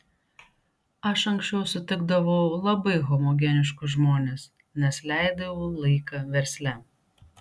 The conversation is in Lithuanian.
aš anksčiau sutikdavau labai homogeniškus žmones nes leidau laiką versle